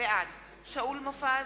בעד שאול מופז,